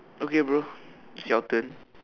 okay bro it's your turn